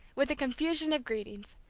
with a confusion of greetings.